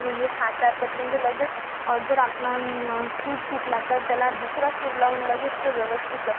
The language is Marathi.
म्हणजे हाताळतात म्हणजे लगेच जर आपला सूर चुकला तर त्याला दुसरा सूर लावून लगेच तो व्यवस्थित